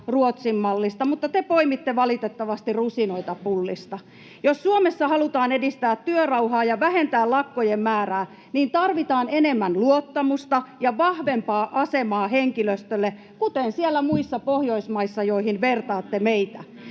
Ruotsin-mallista, mutta te poimitte valitettavasti rusinoita pullista. Jos Suomessa halutaan edistää työrauhaa ja vähentää lakkojen määrää, niin tarvitaan enemmän luottamusta ja vahvempaa asemaa henkilöstölle, kuten siellä muissa Pohjoismaissa, joihin vertaatte meitä.